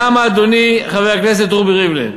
למה, אדוני חבר הכנסת רובי ריבלין?